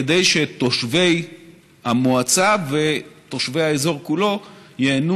כדי שתושבי המועצה ותושבי האזור כולו ייהנו